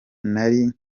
nari